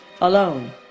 alone